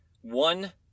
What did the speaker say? one